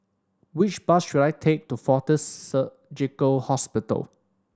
which bus should I take to Fortis Surgical Hospital